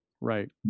right